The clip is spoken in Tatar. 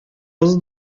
боз